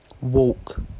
walk